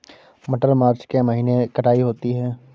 मटर मार्च के महीने कटाई होती है?